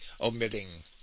omitting